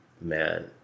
Man